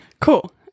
Cool